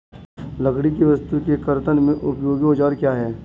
लकड़ी की वस्तु के कर्तन में उपयोगी औजार क्या हैं?